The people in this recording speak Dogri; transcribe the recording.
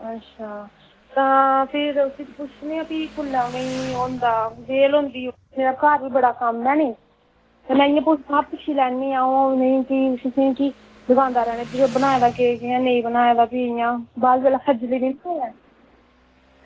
अच्छा तां फिर पुच्छनै आं भी कोलै उनेंगी ओह् होंदा बेह्ल होंदी ते घर बी बड़ा कम्म ऐ नी ते में हा पुच्छी लैनी आं फ्ही उनेंगी की दुकानदारै नै बनाए दा केक ते भी इंया बाद बेल्लै खज्जली